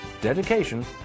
dedication